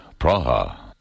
Praha